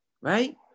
Right